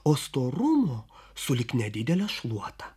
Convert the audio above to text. o storumo sulig nedidele šluota